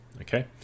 okay